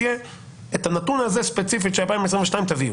שתביאו את הנתון הזה, ספציפית, של 2022,